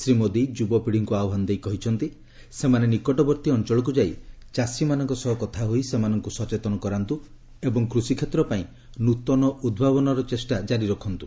ଶ୍ରୀ ମୋଦି ଯୁବପିଢ଼ିକୁ ଆହ୍ୱାନ ଦେଇ କହିଛନ୍ତି ସେମାନେ ନିକଟବର୍ତ୍ତୀ ଅଞ୍ଚଳକୁ ଯାଇ ଚାଷୀମାନଙ୍କ ସହ କଥା ହୋଇ ସେମାନଙ୍କୁ ସଚେତନ କରାନ୍ତୁ ଏବଂ କୃଷିକ୍ଷେତ୍ରପାଇଁ ନୃତନ ଉଭାବନରେ ଚେଷ୍ଟା ଜାରି ରଖନ୍ତ୍ର